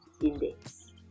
Index